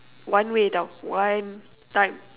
one way [tau] one time